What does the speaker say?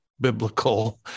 biblical